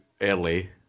early